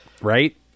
right